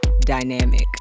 dynamic